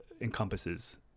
encompasses